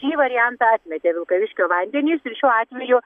šį variantą atmetė vilkaviškio vandenys ir šiuo atveju